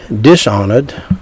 dishonored